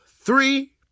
three